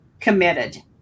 committed